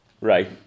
right